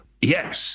yes